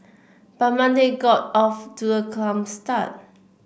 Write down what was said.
but Monday got off to a calm start